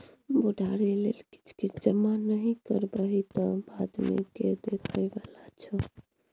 बुढ़ारी लेल किछ किछ जमा नहि करबिही तँ बादमे के देखय बला छौ?